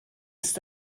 ist